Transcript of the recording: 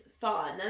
fun